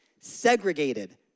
segregated